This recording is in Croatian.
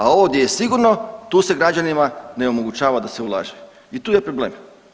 A ovo di je sigurno, tu se građanima ne omogućava da se ulaže i tu je problem.